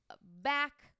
back